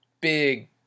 Big